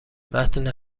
متن